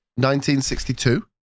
1962